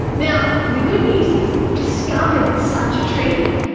now, the good news is we've discovered such a treatment.